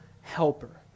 helper